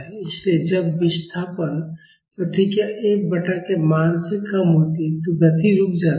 इसलिए जब विस्थापन प्रतिक्रिया F बटा के मान से कम होती है तो गति रुक जाती है